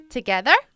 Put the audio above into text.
Together